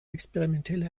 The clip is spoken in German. experimentelle